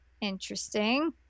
interesting